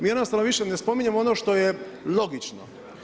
Mi jednostavno više ne spominjemo ono što ej logično.